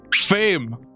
Fame